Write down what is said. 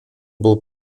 был